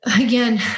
Again